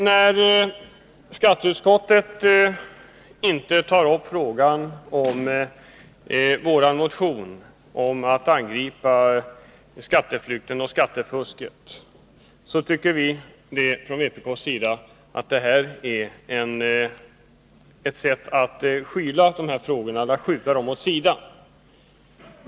När skatteutskottet inte tar upp till behandling vår motion om att man skall angripa skatteflykten och skattefusket, tycker vi från vpk att det är ett sätt att skjuta dessa frågor åt sidan.